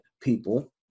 people